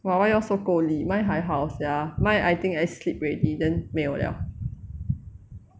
!wah! why yours so 够力 mine 还好 sia mine I think I sleep already then 没有 liao